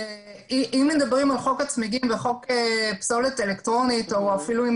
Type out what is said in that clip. אם מדברים על חוק הצמיגים ועל חוק פסולת אלקטרונית או אפילו אם